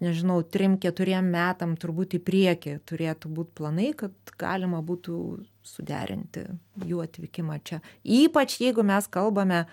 nežinau trim keturiem metam turbūt į priekį turėtų būt planai kad galima būtų suderinti jų atvykimą čia ypač jeigu mes kalbame